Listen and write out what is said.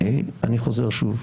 אני חוזר שוב.